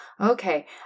okay